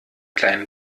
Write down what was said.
kleinen